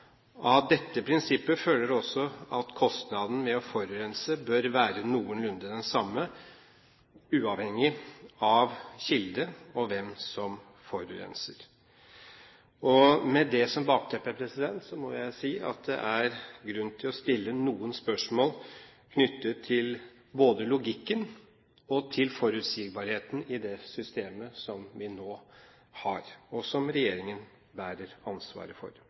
Av dette prinsippet følger det også at kostnaden ved å forurense bør være noenlunde den samme uavhengig av kilde og hvem som forurenser. Med det som bakteppe må jeg si at det er grunn til å stille noen spørsmål knyttet til både logikken og til forutsigbarheten i det systemet som vi nå har, og som regjeringen bærer ansvaret for.